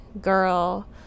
girl